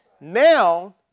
Now